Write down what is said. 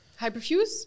hyperfuse